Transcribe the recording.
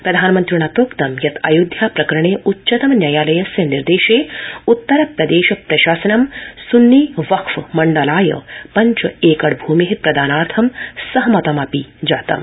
प्रधानमन्त्रिणा प्रोक्तं यत् अयोध्या प्रकरणे उच्चतम न्यायालयस्य निर्देशे उत्तर प्रदेश प्रशासनं सुन्नी वक्फ मण्डलाय पञ्च एकड़ भूमे प्रदानार्थं सहमतं जातम्